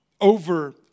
over-